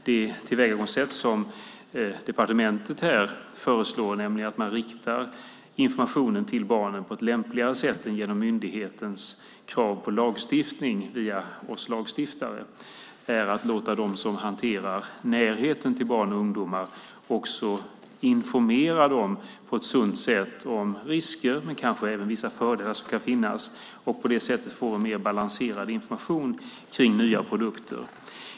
Det tillvägagångssätt som departementet föreslår är att man riktar informationen till barnen på ett lämpligare sätt än genom myndighetens krav på lagstiftning via oss lagstiftare och också informerar dem som hanterar närheten till barn och ungdomar på ett sunt sätt om risker men kanske även vissa fördelar som kan finnas och på det sättet får mer balanserad information kring nya produkter. Herr talman!